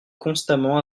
constamment